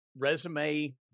resume